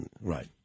Right